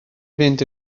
fynd